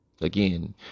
again